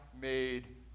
made